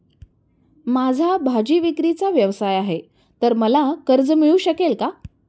माझा भाजीविक्रीचा व्यवसाय आहे तर मला कर्ज मिळू शकेल का?